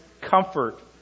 comfort